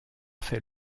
fait